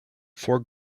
four